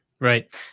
Right